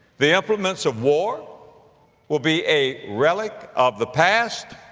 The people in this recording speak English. the implements of war will be a relic of the past.